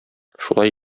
шулай